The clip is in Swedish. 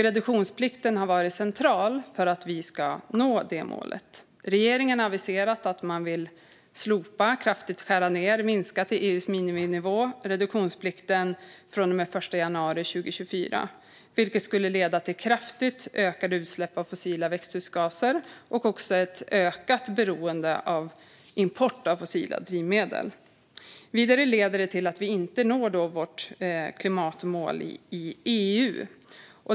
Reduktionsplikten har varit central för att vi ska nå det målet. Regeringen har aviserat att man vill slopa, kraftigt skära ned och minska reduktionsplikten till EU:s miniminivå från och med den 1 januari 2024. Det skulle leda till kraftigt ökade utsläpp av fossila växthusgaser och ett ökat beroende av import av fossila drivmedel. Vidare leder det till att vi inte når vårt klimatmål i EU.